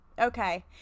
Okay